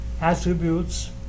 attributes